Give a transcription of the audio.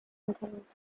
contains